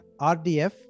RDF